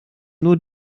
nur